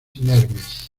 inermes